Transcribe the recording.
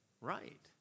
Right